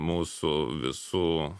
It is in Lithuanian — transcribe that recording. mūsų visų